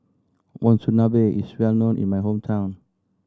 monsunabe is well known in my hometown